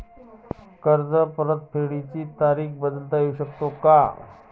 कर्ज परतफेडीची तारीख बदलता येऊ शकते का?